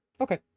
Okay